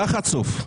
אתה חצוף.